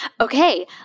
Okay